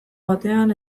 batean